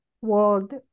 world